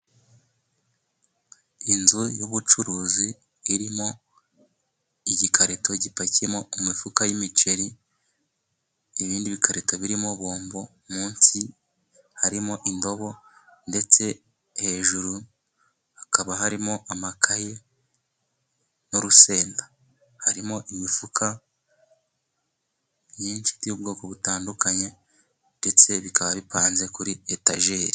Inzu y'ubucuruzi, irimo igikarito gipakiyemo imifuka y'imiceri. Ibindi bikarita birimo bombo, munsi harimo indobo, ndetse hejuru hakaba harimo amakayi n'urusenda. Harimo imifuka myinshi y'ubwoko butandukanye, ndetse bikaba bipanze kuri etajeri.